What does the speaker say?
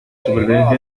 supervivencia